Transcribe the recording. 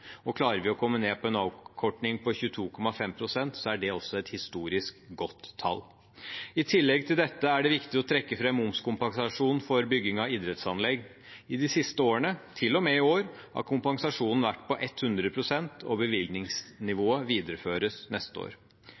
og klarer vi å komme ned på en avkorting på 22,5 pst., er det også et historisk godt tall. I tillegg til dette er det viktig å trekke fram momskompensasjon for bygging av idrettsanlegg. I de siste årene, til og med i år, har kompensasjonen vært på 100 pst. og bevilgningsnivået videreføres neste år.